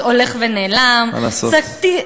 מה לעשות.